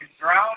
ground